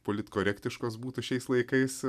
politkorektiškos būtų šiais laikais